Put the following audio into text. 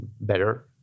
better